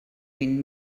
vint